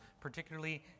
particularly